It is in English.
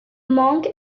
monk